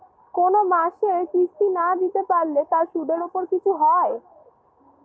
কোন মাসের কিস্তি না দিতে পারলে তার সুদের উপর কিছু হয়?